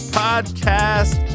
podcast